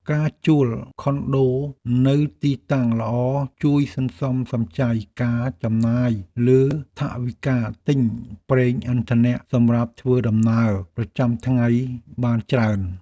ការជួលខុនដូនៅទីតាំងល្អជួយសន្សំសំចៃការចំណាយលើថវិកាទិញប្រេងឥន្ធនៈសម្រាប់ធ្វើដំណើរប្រចាំថ្ងៃបានច្រើន។